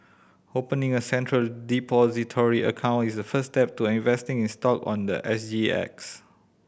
opening a Central Depository account is the first step to investing in stock on the S G X